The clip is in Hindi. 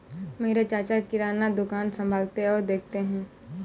मेरे चाचा किराना दुकान संभालते और देखते हैं